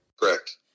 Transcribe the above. Correct